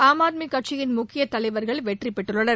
ஆம் ஆத்மி கட்சியின் முக்கியத் தலைவர்கள் வெற்றி பெற்றுள்ளனர்